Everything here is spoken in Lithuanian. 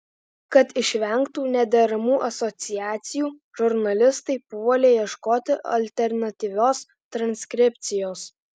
kad išvengtų nederamų asociacijų žurnalistai puolė ieškoti alternatyvios transkripcijos